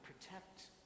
protect